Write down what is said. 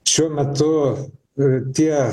šiuo metu ir tie